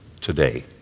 today